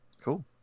Cool